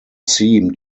seem